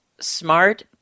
smart